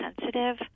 sensitive